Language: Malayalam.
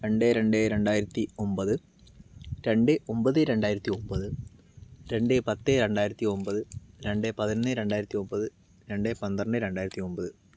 രണ്ട് രണ്ട് രണ്ടായിരത്തി ഒമ്പത് രണ്ട് ഒമ്പത് രണ്ടായിരത്തി ഒമ്പത് രണ്ട് പത്ത് രണ്ടായിരത്തി ഒമ്പത് രണ്ടെ പതിനൊന്ന് രണ്ടായിരത്തി ഒമ്പത് രണ്ട് പന്ത്രണ്ട് രണ്ടായിരത്തി ഒമ്പത്